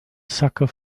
sucker